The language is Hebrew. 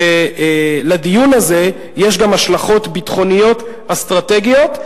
שלדיון הזה יש גם השלכות ביטחוניות אסטרטגיות,